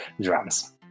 drums